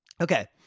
Okay